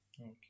Okay